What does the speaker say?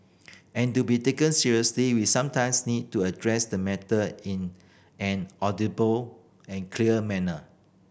and to be taken seriously we sometimes need to address the matter in an audible and clear manner